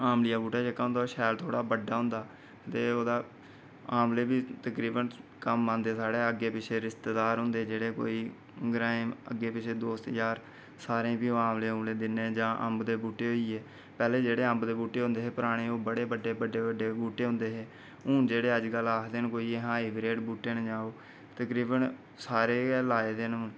आमली दा बूह्टा होंदा जेह्का ओह् शैल बड्डा होंदा ते ओह्दे आमले बी तकरिबन कम्म आंदे साढ़े अग्गै पिच्छे रिश्तेदार जेह्ड़े होंदे कोई ग्रांएं अग्गै पिच्छे दोस्त यार सारें गी आमले दिन्ने जां अम्ब दे बूह्टे होई गे पैह्लै जेह्के अम्ब दे बूह्टे होंदे ओह् पुराने बड्डे बड्डे बूह्टे होंदे हे हून जेह्के अज्ज कल्ल आखदे न कि हाईब्रिड बूह्टे न तकरिबन सारे गै लाए दे न